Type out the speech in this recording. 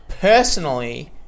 Personally